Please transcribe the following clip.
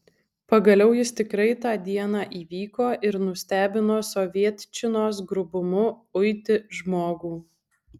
pagaliau jis tikrai tą dieną įvyko ir nustebino sovietčinos grubumu uiti žmogų